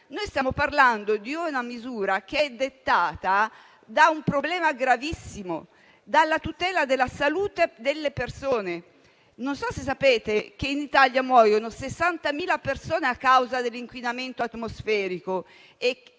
noi stiamo parlando di una misura che è dettata da un problema gravissimo, relativo alla tutela della salute delle persone. Non so se sapete che in Italia muoiono 60.000 persone a causa dell'inquinamento atmosferico